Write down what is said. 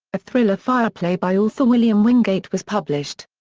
a thriller fireplay by author william wingate was published.